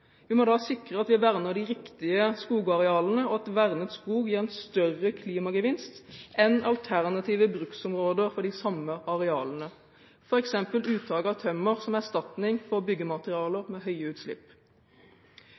Vi må da sikre at vi verner de riktige skogarealene, og at vernet skog gir en større klimagevinst enn alternative bruksområder for de samme arealene, f.eks. uttak av tømmer som erstatning for byggematerialer med høye utslipp.